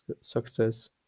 success